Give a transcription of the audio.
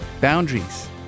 boundaries